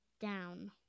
down